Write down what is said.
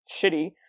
shitty